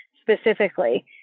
specifically